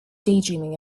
daydreaming